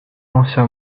l’ancien